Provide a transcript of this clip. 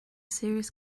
serious